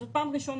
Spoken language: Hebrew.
זאת פעם ראשונה.